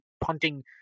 punting